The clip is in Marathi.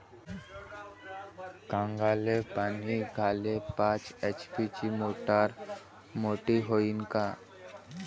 कांद्याले पानी द्याले पाच एच.पी ची मोटार मोटी व्हईन का?